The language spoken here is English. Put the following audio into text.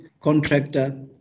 contractor